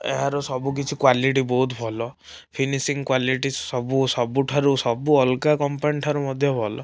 ଏହାର ସବୁକିଛି କ୍ଵାଲିଟି ବହୁତ ଭଲ ଫିନିସିଙ୍ଗ କ୍ଵାଲିଟି ସବୁ ସବୁଠାରୁ ସବୁ ଅଲଗା କମ୍ପାନୀଠାରୁ ମଧ୍ୟ ଭଲ